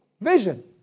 vision